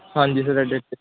ਹਾਂਜੀ sir red 'ਚ